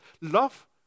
love